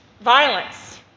violence